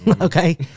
okay